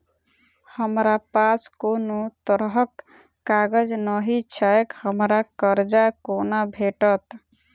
हमरा पास कोनो तरहक कागज नहि छैक हमरा कर्जा कोना भेटत?